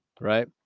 right